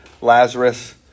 Lazarus